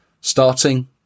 starting